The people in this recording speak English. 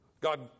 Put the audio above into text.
God